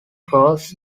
krauss